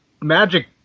magic